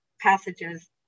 passages